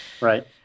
right